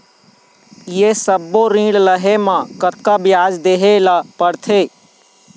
ये सब्बो ऋण लहे मा कतका ब्याज देहें ले पड़ते?